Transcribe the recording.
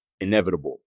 inevitable